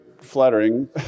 flattering